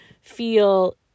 feel